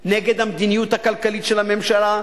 נגד המדיניות הכלכלית של הממשלה,